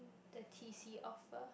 the T_C offer